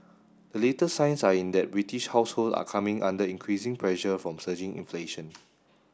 the latest signs are in that British households are coming under increasing pressure from surging inflation